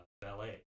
ballet